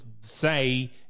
say –